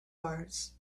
mars